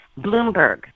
Bloomberg